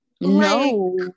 No